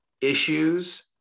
issues